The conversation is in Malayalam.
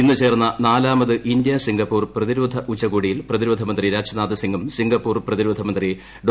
ഇന്നു ചേർന്ന നാലാമത് ഇന്ത്യ സിംഗപ്പൂർ പ്രതിരോധ ഉച്ചകോടിയിൽ പ്രതിരോധ മന്ത്രി രാജ്നാഥ് സിംഗും സിംഗപ്പൂർ പ്രതിരോധ മന്ത്രി ഡോ